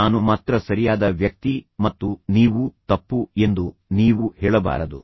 ನಾನು ಮಾತ್ರ ಸರಿಯಾದ ವ್ಯಕ್ತಿ ಮತ್ತು ನೀವು ತಪ್ಪು ಎಂದು ನಾನು ಸರಿಯಾಗಿ ಹೇಳುತ್ತಿದ್ದೇನೆ ಎಂದು ನೀವು ಹೇಳಬಾರದು